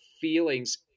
feelings